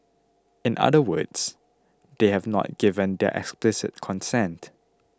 in other words they have not given their explicit consent